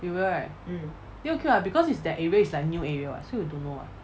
you will right then okay [what] because it's that area is like new area [what] so you don't know [what]